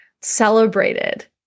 celebrated